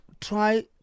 try